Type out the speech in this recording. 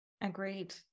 Agreed